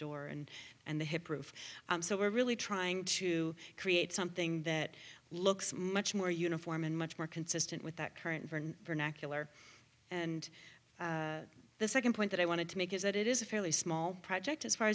door and and the hip roof so we're really trying to create something that looks much more uniform and much more consistent with that current vernacular and the second point that i wanted to make is that it is a fairly small project as far